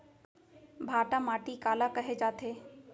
भांटा माटी काला कहे जाथे?